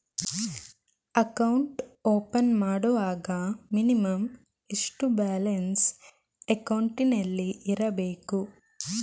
Account open ಮಾಡುವಾಗ minimum ಎಷ್ಟು balance ಅಕೌಂಟಿನಲ್ಲಿ ಇರಬೇಕು?